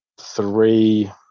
three